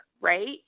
right